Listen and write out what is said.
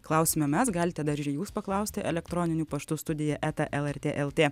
klausime mes galite dar ir jūs paklausti elektroniniu paštu studija eta lrt lt